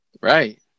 Right